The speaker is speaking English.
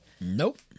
Nope